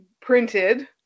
printed